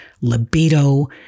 libido